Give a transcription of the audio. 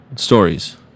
stories